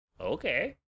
okay